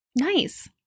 Nice